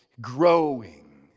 growing